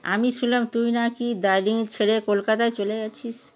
আমি শুনলাম তুই না কি দার্জিলিং ছেড়ে কলকাতায় চলে গিয়েছিস